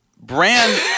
Brand